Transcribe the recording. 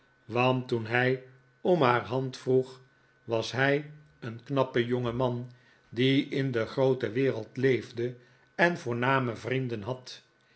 want toen hij om haar hand vroeg was hij een knappe jongeman die in de groote wereld leefde en voorname vrienden had